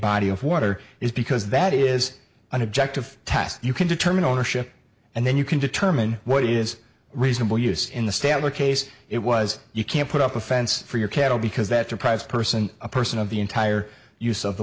body of water is because that is an objective test you can determine ownership and then you can determine what is reasonable use in the stabber case it was you can't put up a fence for your cattle because that deprives person a person of the entire use of the